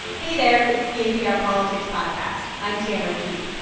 hey there. it's the npr politics podcast. i'm tamara keith.